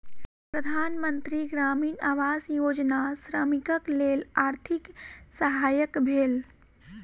प्रधान मंत्री ग्रामीण आवास योजना श्रमिकक लेल आर्थिक सहायक भेल